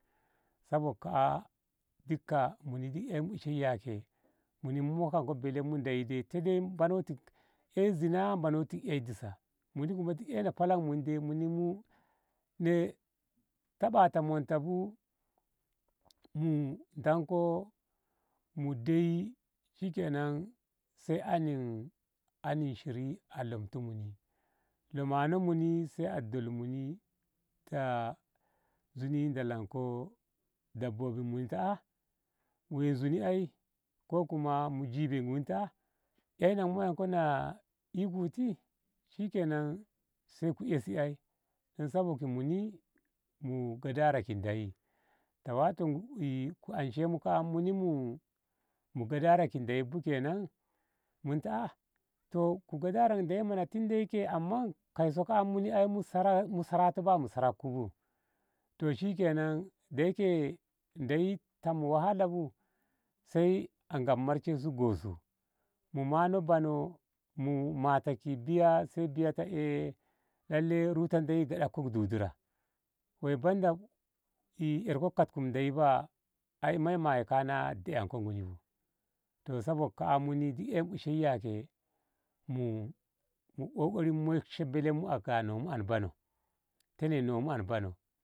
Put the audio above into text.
Sabok ka'a duka muni dai ei mu ishe yake muni mu mokanko belenmu gyam ndeyi dai te manoti ei zinah mano ti yo disa muni dai ko ei halak muni dai muni mu tabana monta bu mu danko mudai shikenan sai ana ana shiri alomti muni lomano muni sai a dol muni ta zuni dolanko dabobimu inta a woi zuni ai ko kuma mu jibo muni eiyo ngu moyanku ikuti shikenan sai ku esi ai don sabok muni mu gyadara ki ndeyi ta wato ku anshenmu ka. a muni mu gyadara ki ndeyi bu kenan mun a ku gyadara ki te mana muni mu saranto baya mu saranku bu toh shikenan da yake ndeyi tammu wahala bu sai a ngab marshensu a gosu mu mana banoh mu mata biya sai biya ta lallai ruta ndeyi gyadatko dudura wai banda yerko katku ndeyi bu ai mai maye kana dayanko nguni bu tos sabok ka. a muni duk ei mu ishe mu kakari mu moishe belenmu aka nomu an banoh te ne nomu an banoh.